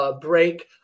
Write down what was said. break